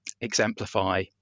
exemplify